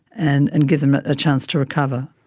and and give them a chance to recover.